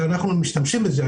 ואנחנו עדיין משתמשים בזה.